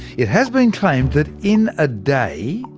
it has been claimed that in a day,